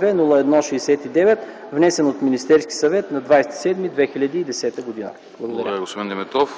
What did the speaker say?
002-01-69, внесен от Министерски съвет на 20.07.2010 г.”.